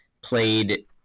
played